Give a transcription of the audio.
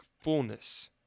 fullness